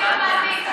דיון, דיון.